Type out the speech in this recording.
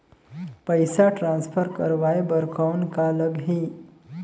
पइसा ट्रांसफर करवाय बर कौन का लगही?